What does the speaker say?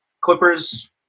Clippers